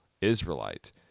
Israelite